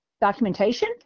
documentation